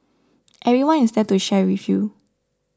everyone is there to share with you